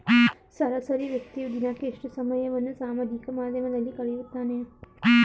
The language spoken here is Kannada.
ಸರಾಸರಿ ವ್ಯಕ್ತಿಯು ದಿನಕ್ಕೆ ಎಷ್ಟು ಸಮಯವನ್ನು ಸಾಮಾಜಿಕ ಮಾಧ್ಯಮದಲ್ಲಿ ಕಳೆಯುತ್ತಾನೆ?